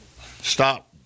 stop